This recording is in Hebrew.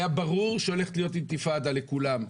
והיה ברור שהולכת להיות אינתיפאדה לכולם.